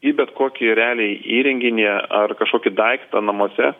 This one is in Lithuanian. į bet kokį realiai įrenginį ar kažkokį daiktą namuose